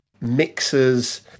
mixes